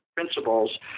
principles